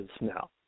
now